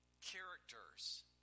characters